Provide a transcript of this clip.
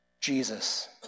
Jesus